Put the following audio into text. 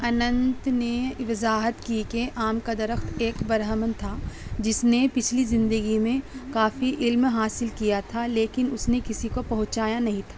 اننت نے وضاحت کی کہ آم کا درخت ایک برہمن تھا جس نے پچھلی زندگی میں کافی علم حاصل کیا تھا لیکن اس نے کسی کو پہنچایا نہیں تھا